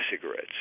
cigarettes